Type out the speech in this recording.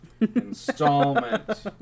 installment